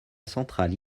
centrale